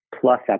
plus